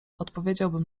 odpowiedziałbym